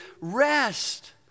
rest